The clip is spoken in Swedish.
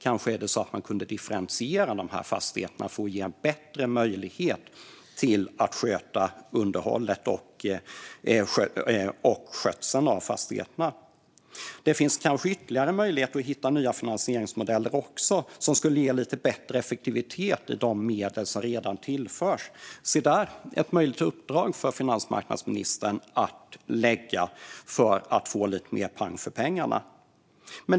Man kunde kanske differentiera de här fastigheterna för att ge bättre möjlighet till underhåll och skötsel av fastigheterna. Det finns kanske ytterligare möjligheter att hitta nya finansieringsmodeller som skulle ge lite bättre effektivitet i de medel som redan tillförs. Se där ett möjligt uppdrag för finansmarknadsministern att lägga för att få lite mer pang för pengarna!